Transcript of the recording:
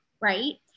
right